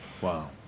Wow